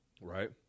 Right